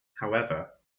however